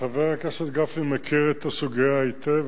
חבר הכנסת גפני מכיר את הסוגיה היטב.